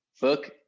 book